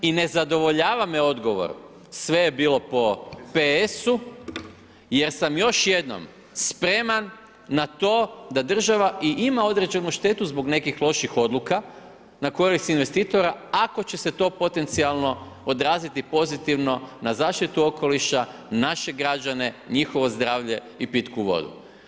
I ne zadovoljava me odgovor sve je bilo po p.s.-u jer sam još jednom spreman na to da država i ima određenu štetu zbog nekih loših odluka na korist investitora ako će se to potencijalno odraziti pozitivno na zaštitu okoliša, naše građane, njihovo zdravlje i pitku vodu.